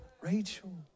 Rachel